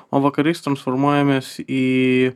o vakarais transformuojamės į